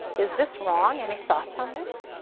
is this wrong? any thoughts on this?